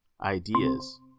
ideas